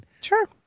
Sure